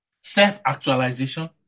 self-actualization